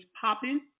popping